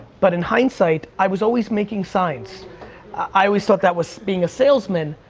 but in hindsight i was always making signs i always thought that was being a salesman,